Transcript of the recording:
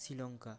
Sri Lanka